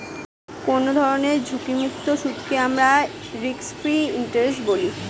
কোনো ধরনের ঝুঁকিমুক্ত সুদকে আমরা রিস্ক ফ্রি ইন্টারেস্ট বলি